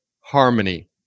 harmony